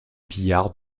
pillards